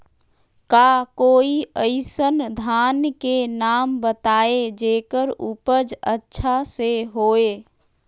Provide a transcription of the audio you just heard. का कोई अइसन धान के नाम बताएब जेकर उपज अच्छा से होय?